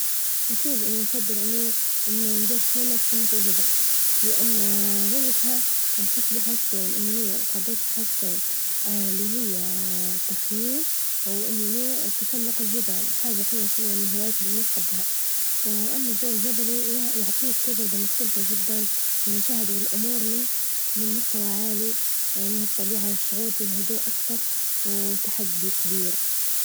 أكيد إني نفظل إني ندير خيمة جمة الجبل، لأن وجتها نحس بحاجتين إنني جظيت في حاجتين إللي هي تخييم وإنني بتسلج الجبال، حاجة حلوة حلوة من هواية إللي أنا نحبها، وأما الجوالجبلي يعطيك تجربة مختلفة جدا لمشاهدة الأمور من- من مستوى عالي من الطبيعة والشعور بالهدوء أكتر و وتحدي كبييير.